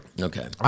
Okay